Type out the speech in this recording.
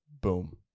Boom